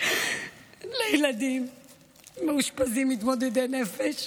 לילדים מאושפזים מתמודדי נפש,